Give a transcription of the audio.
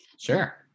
Sure